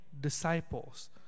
disciples